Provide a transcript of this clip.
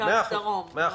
מרכז ודרום.